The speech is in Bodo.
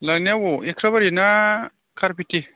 लांनायाव अबाव एकथाबारि ना कारुपेथि